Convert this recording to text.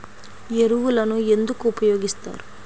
ఎరువులను ఎందుకు ఉపయోగిస్తారు?